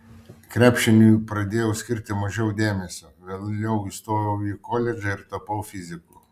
krepšiniui pradėjau skirti mažiau dėmesio vėliau įstojau į koledžą ir tapau fiziku